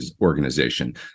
organization